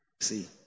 See